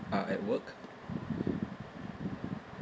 are at work